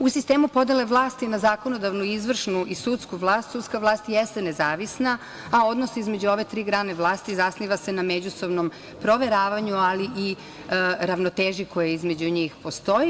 U sistemu podele vlasti na zakonodavnu, izvršnu i sudsku vlast, sudska vlast jeste nezavisna, a odnos između ove tri grane vlasti zasniva se na međusobnom proveravanju, ali i ravnoteži koja između postoji.